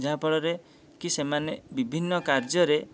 ଯାହାଫଳରେ କି ସେମାନେ ବିଭିନ୍ନ କାର୍ଯ୍ୟରେ